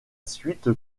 suite